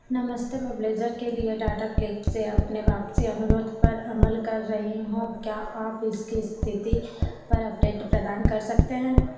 नमस्ते मैं ब्लेजर के लिए टाटा क्लिक से अपने वापसी अनुरोध पर अमल कर रही हूँ क्या आप इसकी स्थिति पर अपडेट प्रदान कर सकते हैं